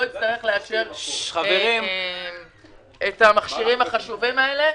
יצטרך לאשר רכישה של המכשירים החשובים האלה.